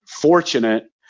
fortunate